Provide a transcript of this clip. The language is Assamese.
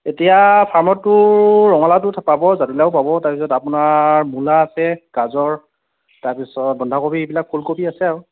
এতিয়া ফাৰ্মতটো ৰঙালাওটো পাব জাতিলাও পাব তাৰপিছত আপোনাৰ মূলা আছে গাজৰ তাৰপিছত বন্ধাকবি এইবিলাক ফুলকবি আছে আৰু